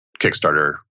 Kickstarter